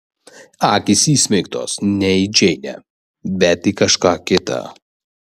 akys įsmeigtos ne į džeinę bet į kažką kitą